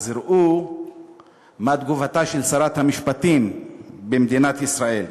אז ראו מה תגובתה של שרת המשפטים במדינת ישראל.